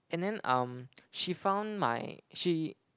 and then um she found my she